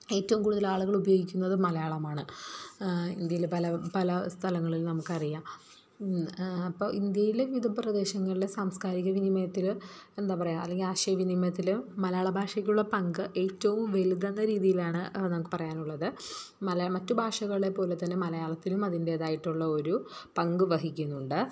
ഏറ്റോം കൂടുതലാളുകൾ ഉപയോഗിക്കുന്നത് മലയാളമാണ് ഇന്ത്യേൽ പല പല സ്ഥലങ്ങളിൽ നമുക്കറിയാം അപ്പം ഇന്ത്യേൽ വിവിധ പ്രദേശങ്ങളിലെ സാംസ്കാരിക വിനിമയത്തിൽ എന്താ പറയാ അല്ലെങ്കിൽ ആശയവിനിമയത്തിൽ മലയാളഭാഷക്കുള്ള പങ്ക് ഏറ്റവും വലുതെന്ന രീതീലാണ് നമുക്ക് പറയാനുള്ളത് മലയാളം മറ്റു ഭാഷകളെ പോലെ തന്നെ മലയാളത്തിനും അതിൻറ്റേതായിട്ടുള്ള ഒരു പങ്ക് വഹിക്കുന്നുണ്ട്